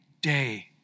day